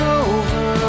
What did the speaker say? over